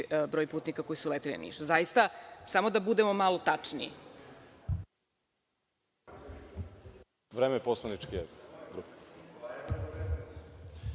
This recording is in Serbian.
broj putnika koji su leteli u Nišu. Zaista, samo da budemo malo tačniji.